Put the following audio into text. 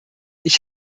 ich